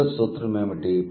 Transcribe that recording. దీనిలో సూత్రం ఏమిటి